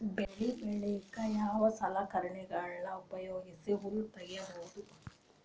ಬೆಳಿ ಬಳಿಕ ಯಾವ ಸಲಕರಣೆಗಳ ಉಪಯೋಗಿಸಿ ಹುಲ್ಲ ತಗಿಬಹುದು?